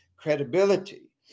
credibility